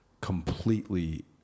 completely